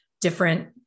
different